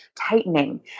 tightening